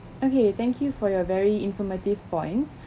okay thank you for your very informative points